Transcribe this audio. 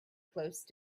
close